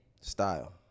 style